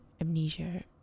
amnesia